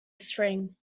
string